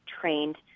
trained